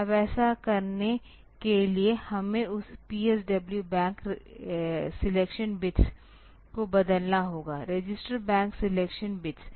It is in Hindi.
अब ऐसा करने के लिए हमें उस PSW बैंक सिलेक्शन बिट्स को बदलना होगा रजिस्टर बैंक सिलेक्शन बिट्स